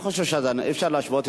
אני לא חושב שאפשר להשוות.